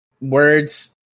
words